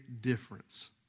difference